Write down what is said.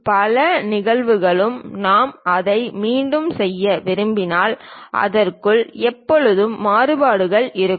பல நிகழ்வுகளுக்கு நாம் அதை மீண்டும் செய்ய விரும்பினால் அதற்குள் எப்போதும் மாறுபாடுகள் இருக்கும்